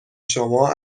شما